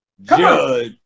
Judge